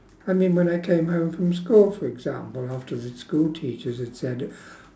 I mean when I came home from school for example after the school teachers had said